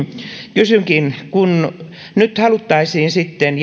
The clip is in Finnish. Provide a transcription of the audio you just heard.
kysynkin kun nyt halutaan sitten